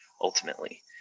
ultimately